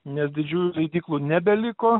nes didžiųjų leidyklų nebeliko